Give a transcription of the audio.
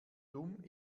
dumm